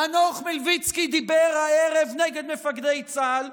חנוך מלביצקי דיבר הערב נגד מפקדי צה"ל,